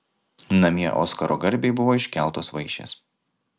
namie oskaro garbei buvo iškeltos vaišės